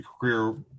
career